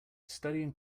studying